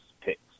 picks